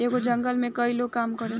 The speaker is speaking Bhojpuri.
एगो जंगल में कई लोग काम करेलन